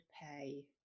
pay